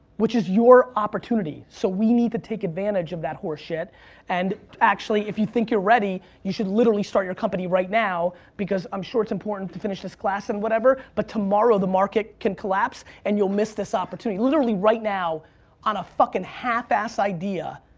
which is your opportunity. so we need to take advantage of that horse shit and actually, if you think you're ready, you should literally start your company right now because i'm sure it's important to finish this class and whatever, but tomorrow the market could collapse and you'll miss this opportunity. literally right now on a fucking half-ass idea,